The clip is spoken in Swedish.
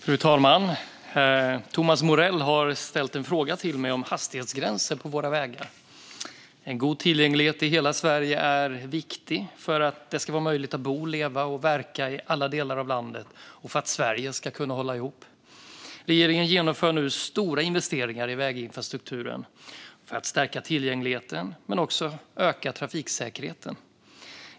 Fru talman! har ställt en fråga till mig om hastighetsgränser på våra vägar. God tillgänglighet i hela Sverige är viktig för att det ska vara möjligt att bo, leva och verka i alla delar av landet och för att Sverige ska kunna hålla ihop. Regeringen genomför nu stora investeringar i väginfrastrukturen för att stärka tillgängligheten men också öka trafiksäkerheten.